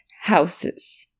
houses